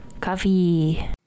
coffee